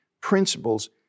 principles